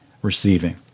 receiving